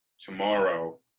tomorrow